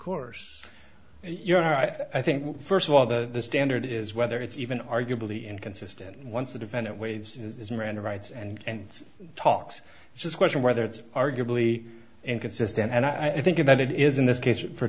course you're right i think first of all the standard is whether it's even arguably inconsistent once the defendant waives is miranda rights and talks just question whether it's arguably inconsistent and i think about it is in this case for